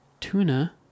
Tuna